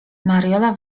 mariola